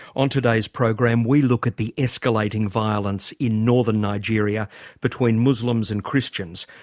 on today's program we look at the escalating violence in northern nigeria between muslims and christians.